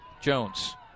Jones